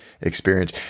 experience